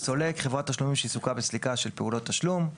"סולק" חברת תשלומים שעיסוקה בסליקה של פעולות תשלום;